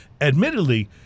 admittedly